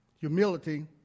Humility